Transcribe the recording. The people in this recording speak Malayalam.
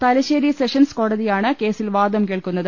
തലശ്ശേരി സെഷൻസ് കോടതിയാണ് കേസിൽ വാദം കേൾക്കുന്നത്